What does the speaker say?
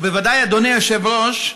ובוודאי אדוני היושב-ראש,